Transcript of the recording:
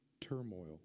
turmoil